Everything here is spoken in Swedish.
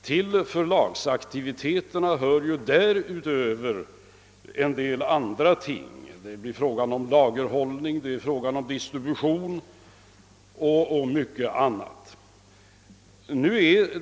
Till förlagsaktiviteterna hör en del andra ting: lagerhållning, distribution och mycket annat.